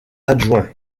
adjoint